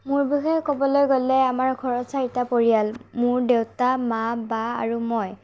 মোৰ বিষয়ে ক'বলৈ গ'লে আমাৰ ঘৰত চাৰিটা পৰিয়াল মোৰ দেউতা মা বা আৰু মই